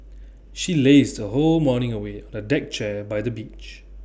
she lazed her whole morning away on A deck chair by the beach